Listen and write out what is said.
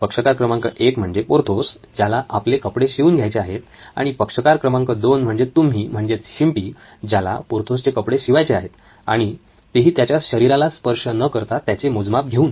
पक्षकार क्रमांक एक म्हणजे पोर्थोस ज्याला आपले कपडे शिवून घ्यायचे आहेत आणि पक्षकार क्रमांक दोन म्हणजे तुम्ही म्हणजेच शिंपी ज्याला पोर्थोसचे कपडे शिवायचे आहेत आणि तेही त्याच्या शरीराला स्पर्श न करता त्याचे मोजमाप घेऊन